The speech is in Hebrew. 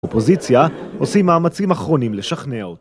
אופוזיציה עושים מאמצים אחרונים לשכנע אותה